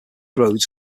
roads